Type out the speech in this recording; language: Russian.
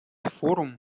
форум